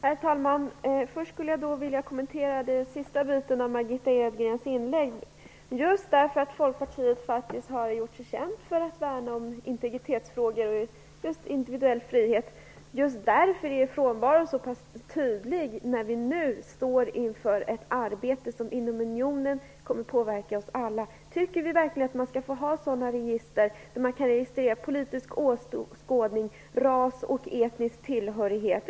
Herr talman! Först skulle jag vilja kommentera den sista biten av Margitta Edgrens inlägg. Just för att Folkpartiet faktiskt har gjort sig känt för att värna om integritetsfrågor och individuell frihet är er frånvaro så pass tydlig när vi nu står inför ett arbete som kommer att påverka oss alla inom unionen. Tycker vi verkligen att man skall få ha register där man kan registrera politisk åskådning, ras och etnisk tillhörighet?